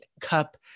Cup